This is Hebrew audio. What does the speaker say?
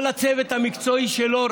כל הצוות המקצועי שלו,